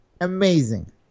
Amazing